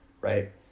right